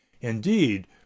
indeed